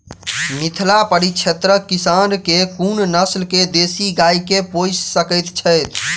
मिथिला परिक्षेत्रक किसान केँ कुन नस्ल केँ देसी गाय केँ पोइस सकैत छैथि?